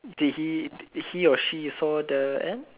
did he did he or she saw the ant